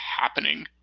happening